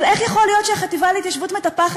אבל איך יכול להיות שהחטיבה להתיישבות מטפחת